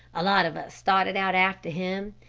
a lot of us started out after him.